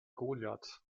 goliath